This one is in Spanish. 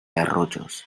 arroyos